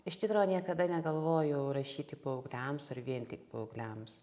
iš tikro niekada negalvojau rašyti paaugliams ar vien tik paaugliams